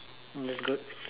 mm that's good